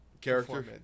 Character